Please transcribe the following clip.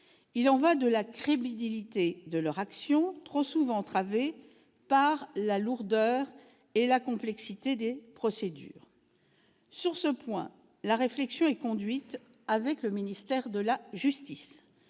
Il y va de la crédibilité de leur action, trop souvent entravée par la lourdeur et la complexité des procédures. Sur ce point, la réflexion est conduite avec le ministère de la justice,